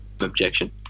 objection